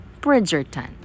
Bridgerton